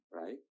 right